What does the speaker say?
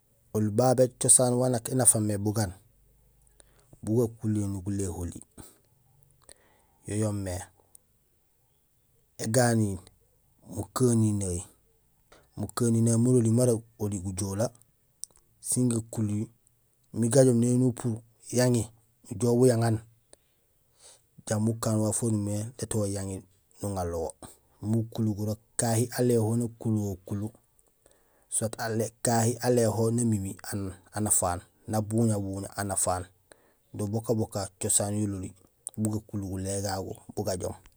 Oli babé cosaan wan nak énafamé bugaan, bugakuluhéén guléholi yo yoomé éganiil mukanineey mololi mara oli gujoolee sin gakuluhil imbi gajoom éni upuur yaŋi ujoow bu yang aan jambi ukaan waaf waan umimé lét wo yaŋi nuŋanlo wo imbi ukulu gurok kahi aléhol nakuluhol kulu soit aléhol, kahi aléhol namimi aan, anafaan ,nabuña buña anafaan. Do bokaboka cosaan yololi bu gakulu gulé gagu bu gajoom.